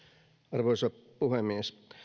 arvoisa puhemies